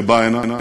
שבא הנה,